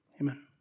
Amen